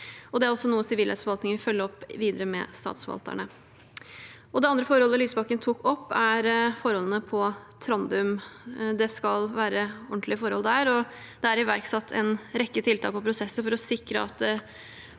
Dette er også noe Sivilrettsforvaltningen følger opp videre med statsforvalterne. Det andre forholdet representanten Lysbakken tok opp, er forholdene på Trandum. Det skal være ordentlige forhold der, og det er iverksatt en rekke tiltak og prosesser for å sikre at